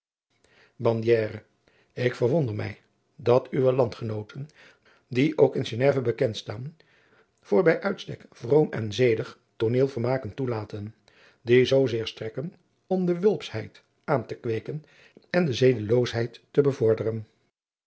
ik verwonder mij dat uwe landgenooten die ook in geneve bekend staan voor bij uitstekendheid vroom en zedig tooneelvermaken toelaten die zoozeer strekken om de wulpschheid aan te kweeken en de zedeloosheid te bevorderen